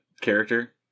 character